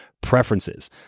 preferences